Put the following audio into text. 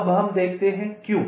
अब हम देखते हैं क्यों